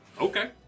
Okay